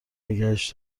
نگهش